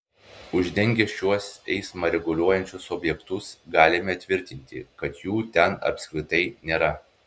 uždengę šiuos eismą reguliuojančius objektus galime tvirtinti kad jų ten apskritai nėra